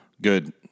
Good